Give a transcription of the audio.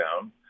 down